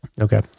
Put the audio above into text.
Okay